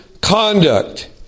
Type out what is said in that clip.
conduct